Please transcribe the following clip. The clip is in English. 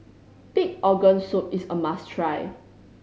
pig organ soup is a must try